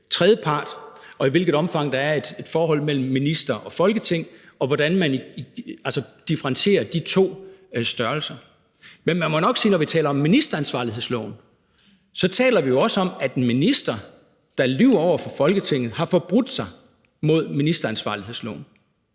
tredjepart, og noget, der er i forholdet mellem en minister og Folketinget, og at man differentierer de to størrelser. Men man må nok sige, at når vi taler om ministeransvarlighedsloven, så taler vi jo også om, at en minister, der lyver over for Folketinget, har forbrudt sig mod ministeransvarlighedsloven.